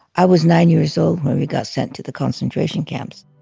i was nine years old when we got sent to the concentration camps